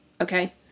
Okay